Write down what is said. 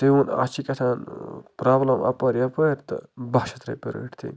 تٔمۍ ووٚن اَتھ چھِ کیٛاہ تام پرٛابلٕم اَپٲرۍ یَپٲرۍ تہٕ بَہہ شتھ رۄپیہِ رٔٹۍ تٔمۍ